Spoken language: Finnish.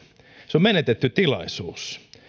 se on menetetty tilaisuus